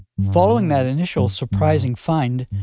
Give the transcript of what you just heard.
following that initial surprising find,